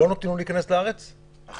לא נותנים לו להיכנס לארץ עכשיו?